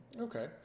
Okay